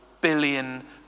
billion